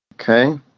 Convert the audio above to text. Okay